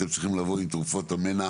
אתם צריכים לבוא עם תרופות המנע